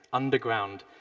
underground,